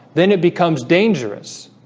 then it becomes dangerous